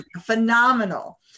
phenomenal